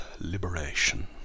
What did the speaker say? liberation